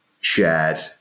shared